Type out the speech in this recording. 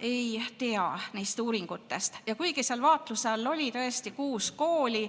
ei tea neist uuringutest. Ja kuigi seal oli vaatluse all tõesti kuus kooli,